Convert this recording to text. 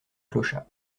clochard